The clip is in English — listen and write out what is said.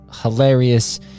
hilarious